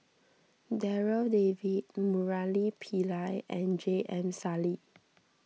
Darryl David Murali Pillai and J M Sali